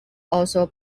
also